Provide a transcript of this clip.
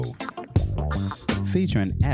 featuring